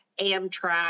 Amtrak